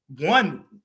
one